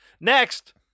next